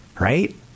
right